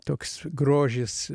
toks grožis